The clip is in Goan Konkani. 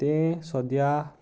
तें सद्या